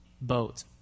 boat